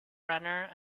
runner